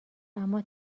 اما